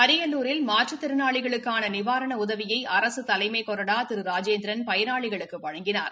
அரியலூரில் மாற்றுத்திறனாளிகளுக்கான நிவாரண உதவியை அரசு தலைமை கொறடா திரு ராஜேந்தின் பயனாளிகுளுக்கு வழங்கினார்